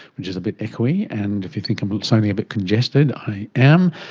which is a bit echoey, and if you think i'm sounding a bit congested, i am.